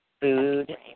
food